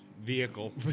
Vehicle